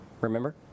remember